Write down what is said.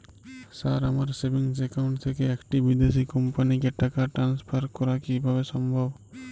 Sir আমার savings account থেকে একটি বিদেশি কোম্পানিকে টাকা ট্রান্সফার করা কীভাবে সম্ভব?